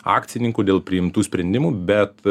akcininkų dėl priimtų sprendimų bet